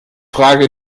frage